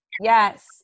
Yes